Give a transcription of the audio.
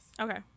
Okay